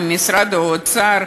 ממשרד האוצר,